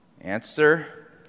Answer